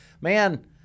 man